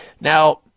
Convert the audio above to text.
Now